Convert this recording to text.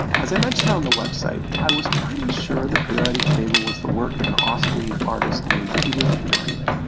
as i mentioned on the website, i was pretty sure the periodic table was the work of an austrian artist named peter furian.